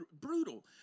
brutal